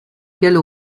gallo